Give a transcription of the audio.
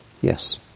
Yes